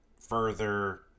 further